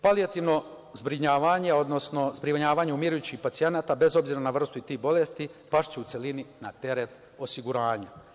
Paliativno zbrinjavanje, odnosno zbrinjavanje umirućih pacijenata, bez obzira na vrstu i tip bolesti, pašće u celini na teret osiguranja.